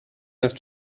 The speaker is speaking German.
ist